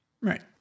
Right